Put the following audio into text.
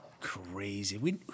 Crazy